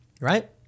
right